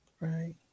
Right